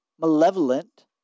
malevolent